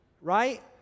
right